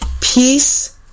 peace